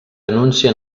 anuncien